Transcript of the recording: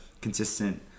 consistent